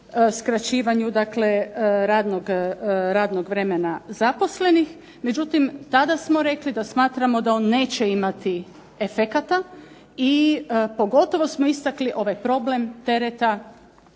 skraćivanju dakle radnog vremena zaposlenih, međutim tada smo rekli da smatramo da on neće imati efekata, i pogotovo smo istakli ovaj problem tereta